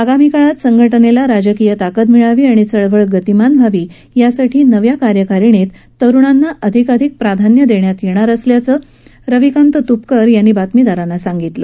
आगामी काळात संघटनेला राजकीय ताकद मिळावी आणि चळवळ गतीमान करावी यासाठी नव्या कार्यकारिणीत तरूणांना अधिकाधिक प्राधान्य देण्यात येणार आहे अशी माहिती रविकांत त्पकर यांनी आज बातमीदारांना दिली